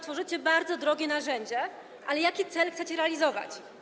Tworzycie bardzo drogie narzędzie, ale jaki cel chcecie realizować?